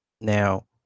Now